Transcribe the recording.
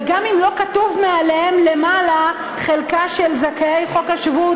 וגם אם לא כתוב מעליהן "חלקה של זכאי חוק השבות,